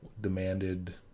demanded